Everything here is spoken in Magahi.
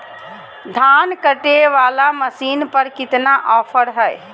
धान कटे बाला मसीन पर कितना ऑफर हाय?